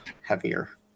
heavier